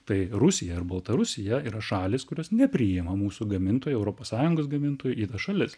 tai rusija ir baltarusija yra šalys kurios nepriima mūsų gamintojų europos sąjungos gamintojų į tas šalis